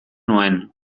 nuen